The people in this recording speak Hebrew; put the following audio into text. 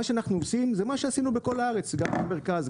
מה שאנחנו עושים זה את מה שעשינו בכל הארץ גם במרכז,